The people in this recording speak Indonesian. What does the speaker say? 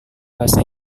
bahasa